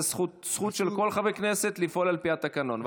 זה זכות של כל חבר כנסת לפעול על פי התקנון.